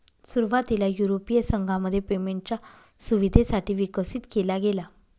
सुरुवातीला युरोपीय संघामध्ये पेमेंटच्या सुविधेसाठी विकसित केला गेला